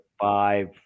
five